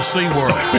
SeaWorld